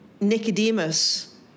Nicodemus